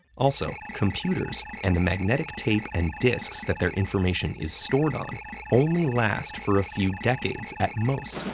also, computers and the magnetic tape and discs that their information is stored on only last for a few decades, at most,